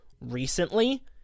Recently